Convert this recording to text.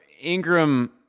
Ingram